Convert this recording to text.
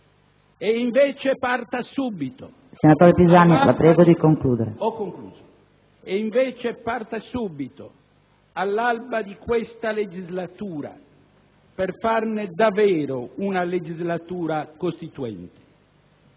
Presidente. Parta subito, all'alba di questa legislatura, per farne davvero una legislatura costituente.